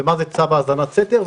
ומה זה צו האזנת סתר.